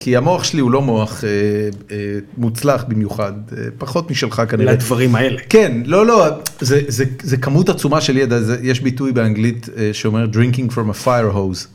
כי המוח שלי הוא לא מוח מוצלח במיוחד, פחות משלך כנראה. בדברים האלה, כן, לא לא, זה... זה כמות עצומה של ידע. זה, יש ביטוי באנגלית שאומר drinking from a fire hose.